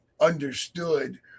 understood